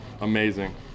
amazing